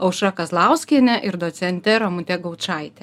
aušra kazlauskiene ir docente ramute gaučaite